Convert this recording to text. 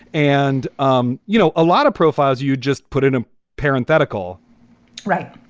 and, um you know, a lot of profiles you just put in a parenthetic. all right.